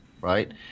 right